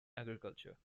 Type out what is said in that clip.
agriculture